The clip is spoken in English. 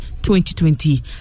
2020